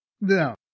No